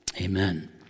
amen